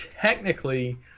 technically